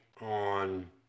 on